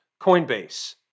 Coinbase